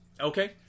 Okay